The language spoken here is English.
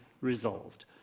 resolved